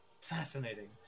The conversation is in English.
Fascinating